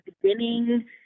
beginning